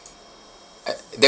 I that